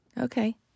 okay